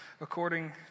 according